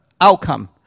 outcome